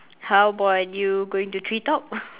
how about you going to tree top